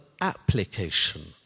application